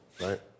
right